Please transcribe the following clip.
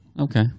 okay